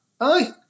Aye